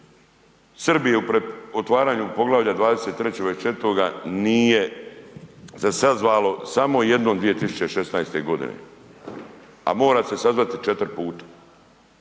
Srbije u otvaranju Poglavlja 23. i 24. nije se sazvalo, samo jednom 2016. godine, a mora se sazvati 4 puta.